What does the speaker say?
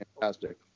fantastic